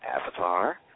avatar